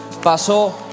Pasó